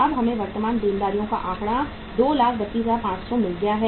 अब हमें वर्तमान देनदारियों का आंकड़ा 232500 मिल गया है